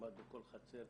כמעט בכל חצר,